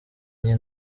njye